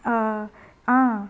err ah